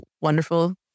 wonderful